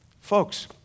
Folks